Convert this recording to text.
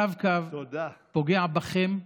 הרב-קו פוגע בכם.